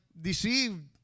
deceived